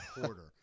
quarter